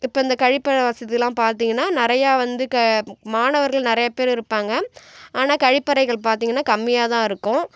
இப்போ இந்த கழிப்பறை வசதியெல்லாம் பார்த்திங்கன்னா நிறையா வந்து க மாணவர்கள் நிறையா பேர் இருப்பாங்க ஆனால் கழிப்பறைகள் பார்த்திங்கன்னா கம்மியாகதான் இருக்கும்